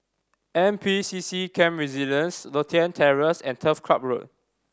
N P C C Camp Resilience Lothian Terrace and Turf Club Road